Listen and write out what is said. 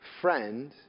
Friend